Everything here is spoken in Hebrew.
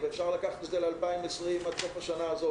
ואפשר לקחת את זה ל-2020 עד סוף השנה הזאת,